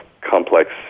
complex